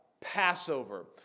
Passover